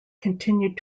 continued